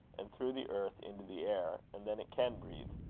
and through the earth into the air and then it can breathe.